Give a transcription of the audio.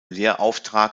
lehrauftrag